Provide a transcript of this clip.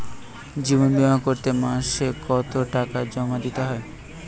জীবন বিমা করতে মাসে কতো টাকা জমা দিতে হয়?